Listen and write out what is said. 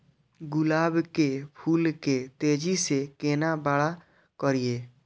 गुलाब के फूल के तेजी से केना बड़ा करिए?